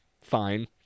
fine